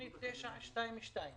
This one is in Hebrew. גם הציבורי וגם הפרטי,